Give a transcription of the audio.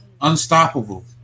unstoppable